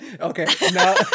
Okay